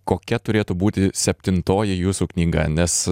kokia turėtų būti septintoji jūsų knyga nes